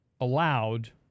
Allowed